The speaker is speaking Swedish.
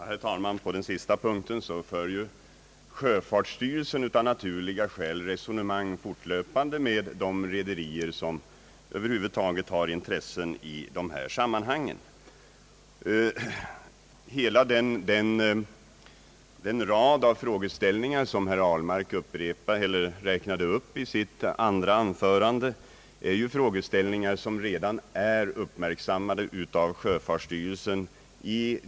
Herr talman! Beträffande den sista punkten har sjöfartsstyrelsen av naturliga skäl fortlöpande resonemang med de rederier som har intressen i det här sammanhanget. Hela den rad av frågeställningar som herr Ahlmark räknade upp i sitt andra anförande har redan uppmärksammats av sjöfartsstyrelsen.